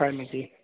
হয় নেকি